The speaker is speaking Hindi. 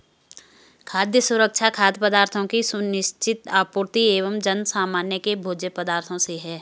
खाद्य सुरक्षा खाद्य पदार्थों की सुनिश्चित आपूर्ति एवं जनसामान्य के भोज्य पदार्थों से है